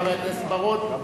חבר הכנסת בר-און,